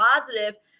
positive